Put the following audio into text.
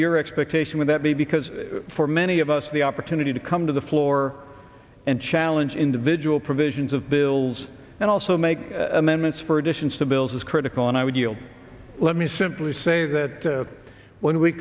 your expectation with that be because for many of us the opportunity to come to the floor and challenge individual provisions of bills and also make amendments for additions to bills is critical and i would yield let me simply say that when we